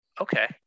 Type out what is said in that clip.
Okay